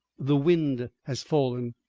the wind has fallen.